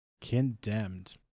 Condemned